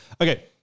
Okay